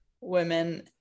women